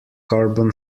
carbon